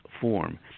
form